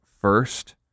first